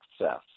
Success